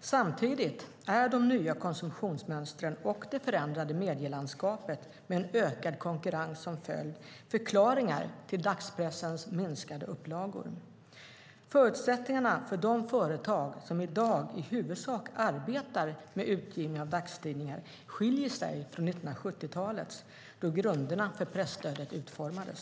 Samtidigt är de nya konsumtionsmönstren och det förändrade medielandskapet med en ökad konkurrens som följd förklaringar till dagspressens minskade upplagor. Förutsättningarna för de företag som i dag i huvudsak arbetar med utgivning av dagstidningar skiljer sig från 1970-talets, då grunderna för presstödet utformades.